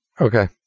Okay